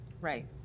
Right